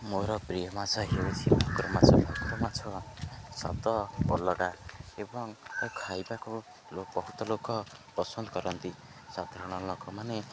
ମୋର ପ୍ରିୟ ମାଛ ହେଉଛି ଭାକୁର ମାଛ ଭାକୁର ମାଛ ସ୍ଵାଦ ଅଲଗା ଏବଂ ଏହା ଖାଇବାକୁ ବହୁତ ଲୋକ ପସନ୍ଦ କରନ୍ତି ସାଧାରଣ ଲୋକମାନେ